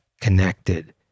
connected